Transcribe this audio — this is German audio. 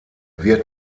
wird